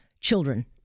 children